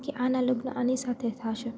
કે આનાં લગ્ન આની સાથે થશે